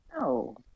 No